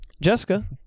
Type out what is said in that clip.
Jessica